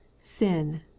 Sin